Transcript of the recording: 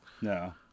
No